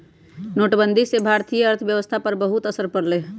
नोटबंदी से भारतीय अर्थव्यवस्था पर बहुत असर पड़ लय